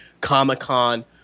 Comic-Con